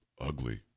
ugly